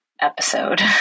Episode